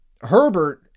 Herbert